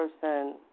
person